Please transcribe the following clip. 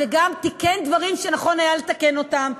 וגם תיקן דברים שנכון היה לתקן אותם.